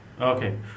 Okay